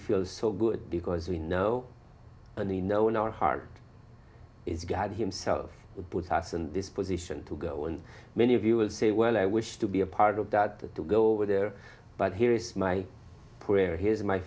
feel so good because we know and we know in our heart is god himself put us in this position to go and many of you will say well i wish to be a part of that to go over there but here is my prayer here's my